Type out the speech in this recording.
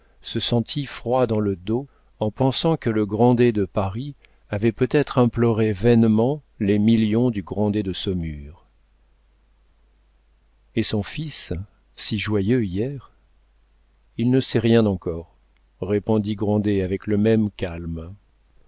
se sentit froid dans le dos en pensant que le grandet de paris avait peut-être imploré vainement les millions de grandet de saumur et son fils si joyeux hier il ne sait rien encore répondit grandet avec le même calme